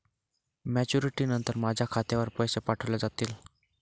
Maturity नंतर माझ्या खात्यावर पैसे पाठविले जातील?